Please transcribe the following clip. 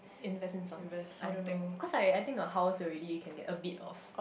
investments on I don't know cause I I think got house already you can get a bit of